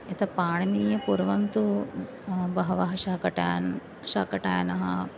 यत् पाणिनीयपूर्वं तु बहवः शाकटायनः शाकटायनः